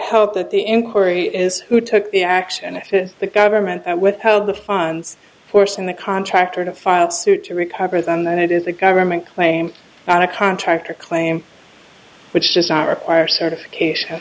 that the inquiry is who took the action after the government withheld the funds forcing the contractor to file suit to recover them then it is the government claim on a contractor claim which does not require certification